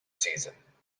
season